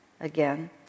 again